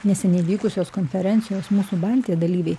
neseniai vykusios konferencijos mūsų baltija dalyviai